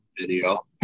video